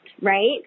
right